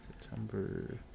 September